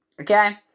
Okay